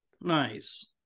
Nice